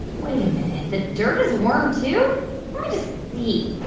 wait a minute, the dirt is warm, too? let me just see.